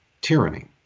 tyranny